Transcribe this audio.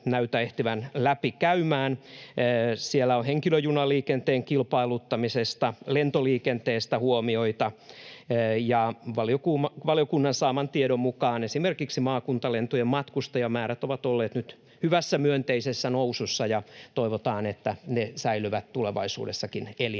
näytä ehtivän läpi käymään, mutta siellä on henkilöjunaliikenteen kilpailuttamisesta, lentoliikenteestä huomioita, ja valiokunnan saaman tiedon mukaan esimerkiksi maakuntalentojen matkustajamäärät ovat olleet nyt hyvässä, myönteisessä nousussa, ja toivotaan, että ne säilyvät tulevaisuudessakin elinvoimaisina.